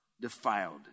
defiled